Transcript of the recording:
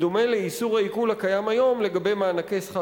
בדומה לאיסור העיקול הקיים כיום לגבי מענקי שכר